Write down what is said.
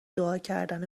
دعاکردن